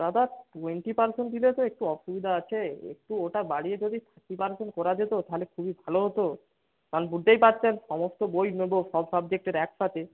দাদা twenty percent দিলে তো একটু অসুবিধা আছে একটু ওটা বাড়িয়ে যদি থাট্টি পারসেন্ট করা যেত তাহলে খুবই ভালো হতো কারণ বুঝতেই পারছেন সমস্ত বই নেব সব সাবজেক্টের একসাথে